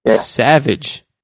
Savage